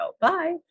Bye